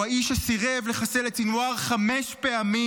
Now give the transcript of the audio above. הוא האיש שסירב לחסל את סנוואר חמש פעמים,